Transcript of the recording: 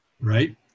right